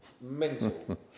mental